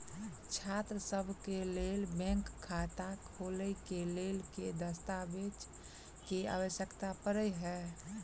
छात्रसभ केँ लेल बैंक खाता खोले केँ लेल केँ दस्तावेज केँ आवश्यकता पड़े हय?